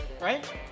right